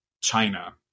China